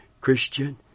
Christian